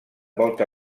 volta